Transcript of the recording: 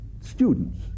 students